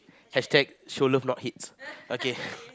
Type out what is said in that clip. hashtag show love not hates okay